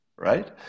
right